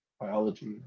biology